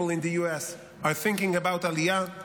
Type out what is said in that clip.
in the U.S. are thinking about Aliyah,